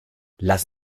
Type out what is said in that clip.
las